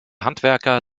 handwerker